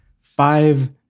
five